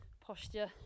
posture